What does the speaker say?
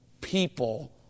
people